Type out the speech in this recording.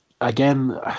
Again